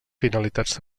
finalitats